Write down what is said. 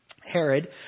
Herod